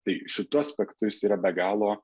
tai šituo aspektu jis yra be galo